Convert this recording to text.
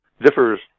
differs